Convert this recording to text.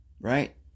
right